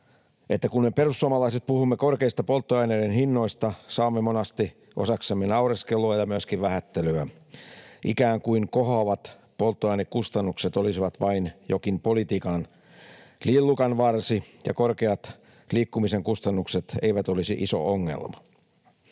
kun me perussuomalaiset puhumme korkeista polttoaineiden hinnoista, saamme monasti osaksemme naureskelua ja myöskin vähättelyä, ikään kuin kohoavat polttoainekustannukset olisivat vain jokin politiikan lillukanvarsi ja korkeat liikkumisen kustannukset eivät olisi iso ongelma.